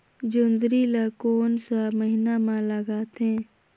जोंदरी ला कोन सा महीन मां लगथे?